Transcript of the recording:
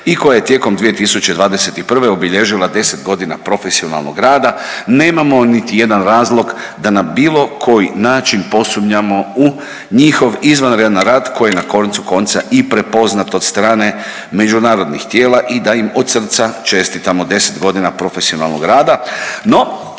i koja je tijekom 2021. obilježila 10 godina profesionalnog rada. Nemamo niti jedan razlog da na bilo koji način posumnjamo u njihov izvanredan rad koji je na koncu konca i prepoznat od strane međunarodnih tijela i da im od srca čestitamo 10 godina profesionalnog rada.